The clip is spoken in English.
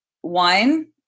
one